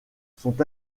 sont